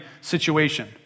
situation